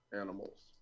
animals